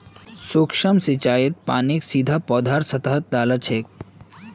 सूक्ष्म सिंचाईत पानीक सीधा पौधार सतहत डा ल छेक